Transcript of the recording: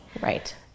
Right